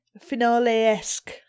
finale-esque